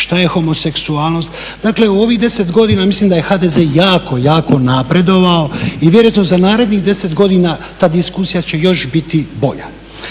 šta je homoseksualnost. Dakle u ovih 10 godina ja mislim da je HDZ jako, jako napredovao i vjerujem da za narednih 10 godina da diskusija će još biti bolja.